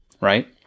right